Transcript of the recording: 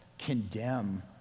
condemn